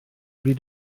bryd